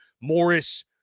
Morris